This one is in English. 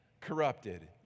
corrupted